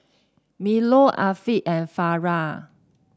Melur Afiq and Farah